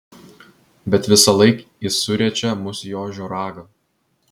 bet visąlaik jis suriečia mus į ožio ragą